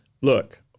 look